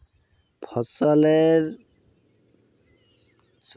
फसल लेर नाम बाताउ?